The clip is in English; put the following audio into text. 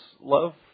love